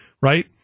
right